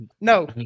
No